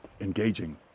Engaging